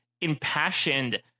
impassioned